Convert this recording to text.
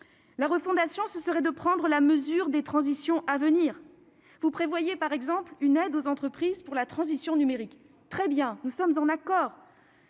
La refondation supposerait de prendre la mesure des transitions à venir. Vous prévoyez, par exemple, une aide aux entreprises pour leur transition numérique. Très bien, nous sommes d'accord,